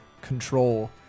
control